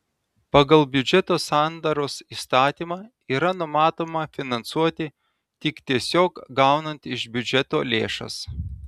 pagal biudžeto sandaros įstatymą yra numatoma finansuoti tik tiesiog gaunant iš biudžeto lėšas